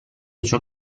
ciò